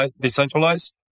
decentralized